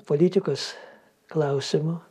politikos klausimų